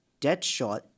Deadshot